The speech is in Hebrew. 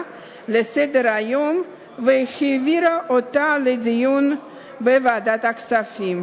לסדר-היום והעבירה אותה לדיון בוועדת הכספים.